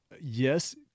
yes